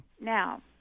Now